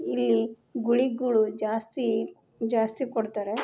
ಇಲ್ಲಿ ಗುಳಿಗ್ಗಳು ಜಾಸ್ತಿ ಜಾಸ್ತಿ ಕೊಡ್ತಾರೆ